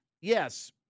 yes